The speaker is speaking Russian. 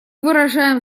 выражаем